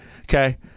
Okay